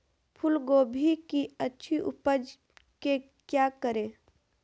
फूलगोभी की अच्छी उपज के क्या करे?